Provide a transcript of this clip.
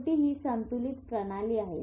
शेवटी ही संतुलित प्रणाली आहे